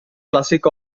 classic